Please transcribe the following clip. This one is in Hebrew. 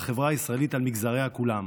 בחברה הישראלית על מגזריה כולם,